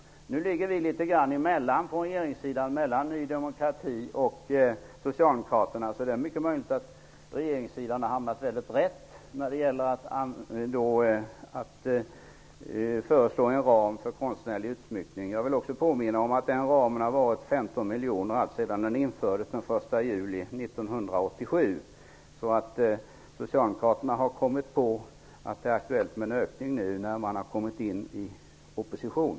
Nu ligger vi på regeringssidan litet grand mellan Ny demokrati och Socialdemokraterna. Det är mycket möjligt att regeringen har hamnat väldigt rätt i den föreslagna ramen för konstnärlig utsmyckning. Jag vill också påminna om att den ramen har varit Socialdemokraterna har kommit på att det nu är aktuellt med en ökning när man har kommit i opposition.